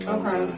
Okay